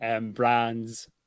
Brands